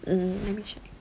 mm let me check